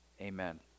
amen